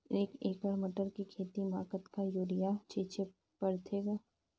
एक एकड़ मटर के खेती म कतका युरिया छीचे पढ़थे ग?